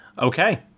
Okay